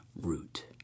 root